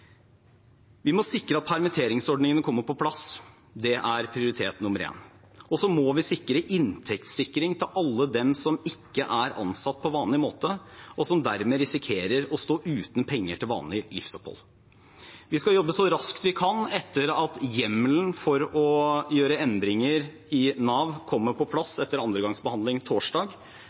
Vi må sikre at permitteringsordningene kommer på plass. Det er prioritet nummer én. Og så må vi sikre inntektene for alle dem som ikke er ansatt på vanlig måte, og som dermed risikerer å stå uten penger til vanlig livsopphold. Vi skal jobbe så raskt vi kan etter at hjemmelen for å gjøre endringer i Nav kommer på plass etter andre gangs behandling torsdag.